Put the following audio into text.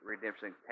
redemption